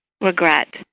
regret